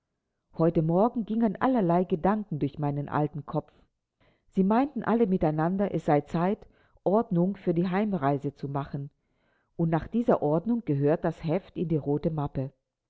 heute morgen gingen allerlei gedanken durch meinen alten kopf sie meinten alle miteinander es sei zeit ordnung für die heimreise zu machen und nach dieser ordnung gehört das heft in die rote mappe